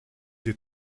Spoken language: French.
des